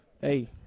hey